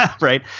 Right